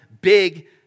big